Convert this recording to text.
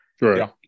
right